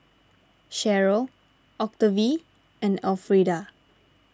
Sharyl Octavie and Alfreda